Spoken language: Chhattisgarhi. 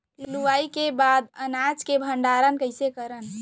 लुवाई के बाद अनाज मन के भंडारण कईसे करन?